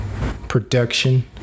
production